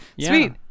Sweet